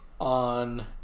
on